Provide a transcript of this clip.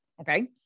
okay